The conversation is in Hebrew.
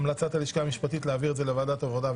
המלצת הלשכה המשפטית היא להעביר את זה לוועדת העלייה,